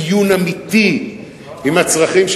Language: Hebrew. דיון אמיתי עם הצרכים,